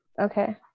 Okay